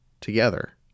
together